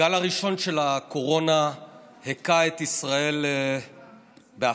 הגל הראשון של הקורונה היכה את ישראל בהפתעה,